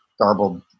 garbled